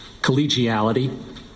Collegiality